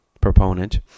proponent